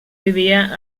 vivia